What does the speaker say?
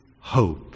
hope